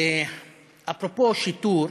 אפרופו שיטור,